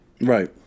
Right